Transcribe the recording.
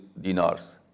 dinars